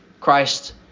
Christ